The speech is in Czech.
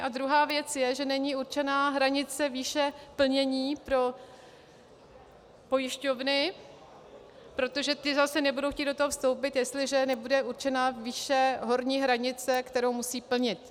A druhá věc je, že není určena hranice výše plnění pro pojišťovny, protože do toho nebudou chtít vstoupit, jestliže nebude určena výše horní hranice, kterou musí plnit.